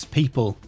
people